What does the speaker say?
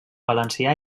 valencià